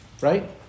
right